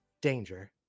Danger